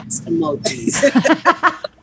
emojis